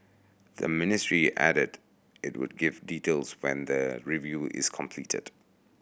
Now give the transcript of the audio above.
the ministry added that it would give details when the review is completed